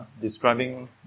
describing